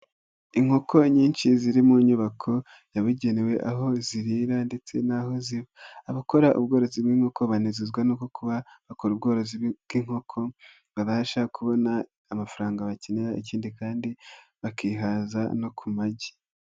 Inkoko nyinshi ziri mu nyubako yabugenewe aho zirira ndetse n'aho ziba. Abakora ubworozi bw'inkoko banezezwa no kuba bakora ubworozi bw'inkoko babasha kubona amafaranga bakenera ikindi kandi bakihaza no ku magi.